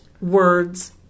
Words